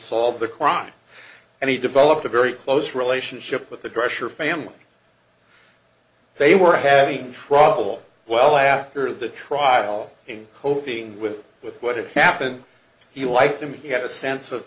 solve the crime and he developed a very close relationship with the crusher family they were having trouble well after the trial in coping with with what had happened he liked him he had a sense of